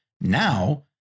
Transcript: now